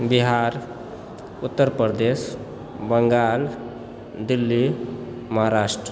Bihar Uttar Pradesh Bengal Delhi Maharashtra